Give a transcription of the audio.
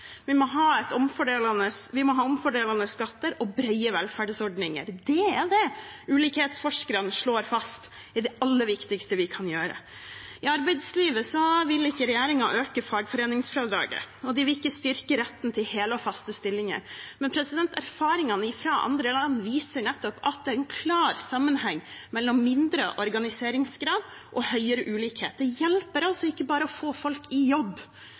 Vi må ha omfordelende skatter og brede velferdsordninger. Det er det ulikhetsforskerne slår fast er det aller viktigste vi kan gjøre. I arbeidslivet vil ikke regjeringen øke fagforeningsfradraget, og de vil ikke styrke retten til hele og faste stillinger. Men erfaringer fra andre land viser nettopp at det er en klar sammenheng mellom mindre organiseringsgrad og større ulikhet. Det hjelper altså ikke bare å få folk i jobb.